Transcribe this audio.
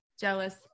jealous